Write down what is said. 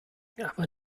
aber